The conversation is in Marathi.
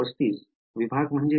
३५ विभाग म्हणजे